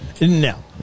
No